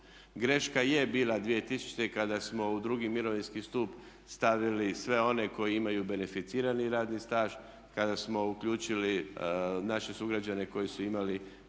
Greška je bila 2000. kada smo u drugi mirovinski stup stavili sve one koji imaju beneficirani radni staž, kada smo uključili naše sugrađane koji su imali